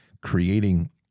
creating